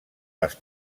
les